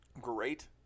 great